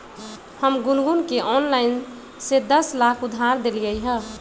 हम गुनगुण के ऑनलाइन से दस लाख उधार देलिअई ह